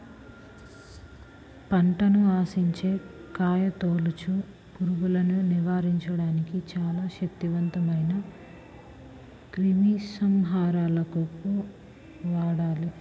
పంటను ఆశించే కాయతొలుచు పురుగుల్ని నివారించడానికి చాలా శక్తివంతమైన క్రిమిసంహారకాలను వాడాలి